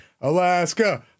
Alaska